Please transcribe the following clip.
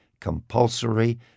compulsory